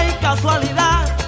casualidad